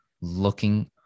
looking